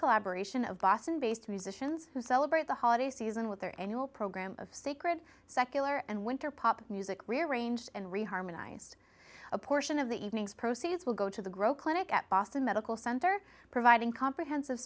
collaboration of boston based musicians who celebrate the holiday season with their annual program of sacred secular and winter pop music rearranged and re harmonized a portion of the evening's proceeds will go to the grow clinic at boston medical center providing comprehensive